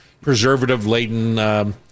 preservative-laden